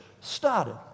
started